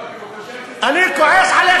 לא, כי הוא חושב שזה, אני כועס עליך.